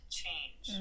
change